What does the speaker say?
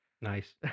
Nice